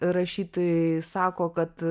rašytojai sako kad